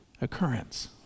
occurrence